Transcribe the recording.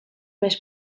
més